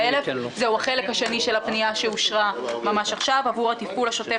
זה החלק השני של הפנייה שאושרה ממש עכשיו עבור התפעול השוטף